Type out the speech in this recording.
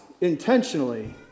intentionally